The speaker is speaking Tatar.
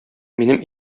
минем